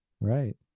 Right